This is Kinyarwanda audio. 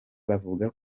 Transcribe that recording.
bavuga